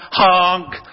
honk